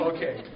Okay